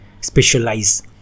specialize